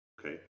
okay